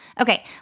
Okay